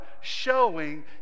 showing